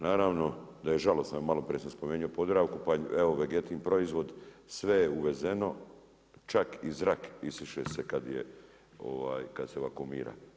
Naravno da je žalosno, malo prije sam spomenuo Podravku, pa evo Vegetin proizvod sve je uvezeno, čak i zrak isiše se kada se vakumira.